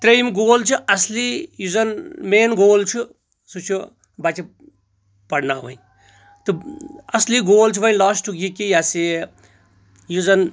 ترٛیِم گول چھُ اصلی یُس زن مین گول چھُ سُہ چھُ بچہِ پرناوٕنۍ تہٕ اصلی گول چھُ وۄنۍ لاسٹُک یہِ کہِ یہ سا یہِ یُس زَن